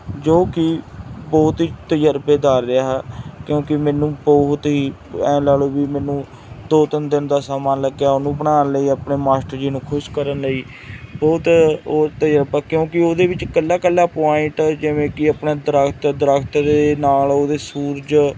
ਜੋ ਕਿ ਬਹੁਤ ਹੀ ਤਜਰਬੇਕਾਰ ਰਿਹਾ ਕਿਉਂਕਿ ਮੈਨੂੰ ਬਹੁਤ ਹੀ ਐ ਲਗਾ ਲਓ ਵੀ ਮੈਨੂੰ ਦੋ ਤਿੰਨ ਦਿਨ ਦਾ ਸਮਾਂ ਲੱਗਿਆ ਉਹਨੂੰ ਬਣਾਉਣ ਲਈ ਆਪਣੇ ਮਾਸਟਰ ਜੀ ਨੂੰ ਖੁਸ਼ ਕਰਨ ਲਈ ਬਹੁਤ ਉਹ ਤਜਰਬਾ ਕਿਉਂਕਿ ਉਹਦੇ ਵਿੱਚ ਇਕੱਲਾ ਇਕੱਲਾ ਪੁਆਇੰਟ ਜਿਵੇਂ ਕਿ ਆਪਣਾ ਦਰਖਤ ਦਰਖਤ ਦੇ ਨਾਲ ਉਹਦੇ ਸੂਰਜ